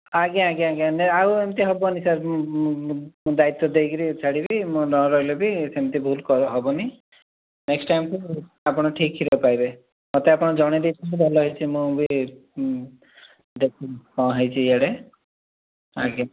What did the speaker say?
ଆଜ୍ଞା ଆଜ୍ଞା ଆଜ୍ଞା ନାଇଁ ଆଉ ଏମିତି ହେବନି ସାର୍ ମୁଁ ଦାୟିତ୍ଵ ଦେଇକିରି ଛାଡ଼ିବି ମୁଁ ନ ରହିଲେ ବି ସେମିତି ଭୁଲ୍ ହେବନି ନେକ୍ସ୍ଟ ଟାଇମ୍କୁ ଆପଣ ଠିକ୍ କ୍ଷୀର ପାଇବେ ମୋତେ ଆପଣ ଜଣାଇ ଦେଇଛନ୍ତି ଭଲ ହୋଇଛି ମୁଁ ବି କଁ ହୋଇଛି ଇଆଡ଼େ ଆଜ୍ଞା